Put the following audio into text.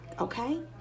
okay